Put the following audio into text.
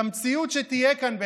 את המציאות שתהיה כאן,